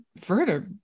further